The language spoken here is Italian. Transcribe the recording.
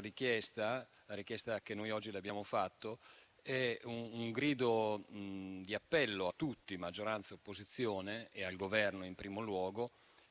dell'Europa. La richiesta che noi oggi le abbiamo rivolto è un grido di appello a tutti, maggioranza e opposizione, e al Governo in primo luogo,